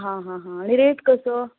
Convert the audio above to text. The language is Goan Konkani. आ हा हा आनी रेट कसो